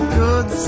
good